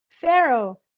Pharaoh